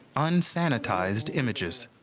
unsanitized images.